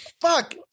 Fuck